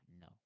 no